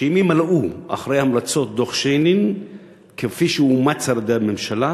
שאם ימלאו אחרי המלצות דוח שיינין כפי שהוא אומץ על-ידי הממשלה,